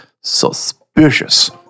suspicious